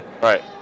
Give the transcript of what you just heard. Right